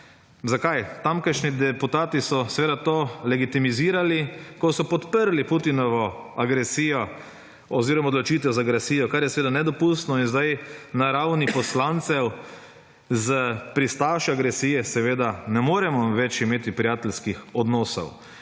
Zakaj? Tamkajšnji depotati so seveda to legitimirali, ko so podprli Putinovo agresijo oziroma odločitve za agresijo, kar je seveda nedopustno in sedaj na ravni poslancev s pristaš agresije ne moremo več imeti prijateljskih odnosov.